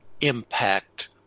impact